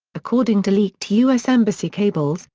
according to leaked us embassy cables,